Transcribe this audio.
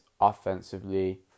offensively